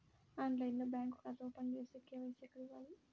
ఆన్లైన్లో బ్యాంకు ఖాతా ఓపెన్ చేస్తే, కే.వై.సి ఎక్కడ ఇవ్వాలి?